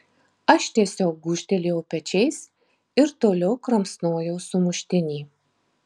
aš tiesiog gūžtelėjau pečiais ir toliau kramsnojau sumuštinį